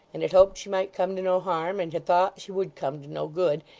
and had hoped she might come to no harm, and had thought she would come to no good,